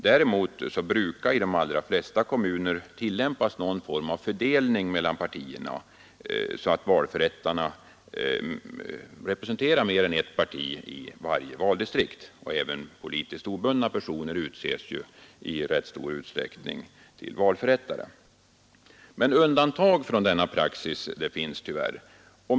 Däremot brukar man i de allra flesta kommunerna tillämpa någon form av fördelning mellan partierna, så att valförrättarna representerar mer än ett parti i varje valdistrikt. Även politiskt obundna personer utses till valförrättare i ganska stor utsträckning. Men det finns tyvärr undantag från denna praxis.